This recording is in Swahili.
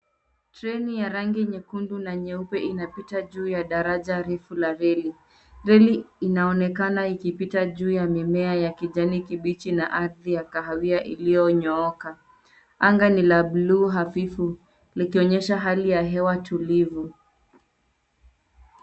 Treni ya rangi nyekundu na nyeupe inapita juu ya daraja refu la reli. Reli inaonekana ikipita juu ya mimea ya kijani kibichi na ardhi ya kahawia ilionyooka. Anga ni la buluu hafifu, likionyesha hali ya hewa tulivu.